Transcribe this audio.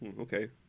Okay